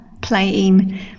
playing